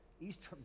Eastern